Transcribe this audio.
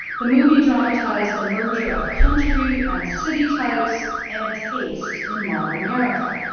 the movie dramatized the merger of country and city types and taste in modern america.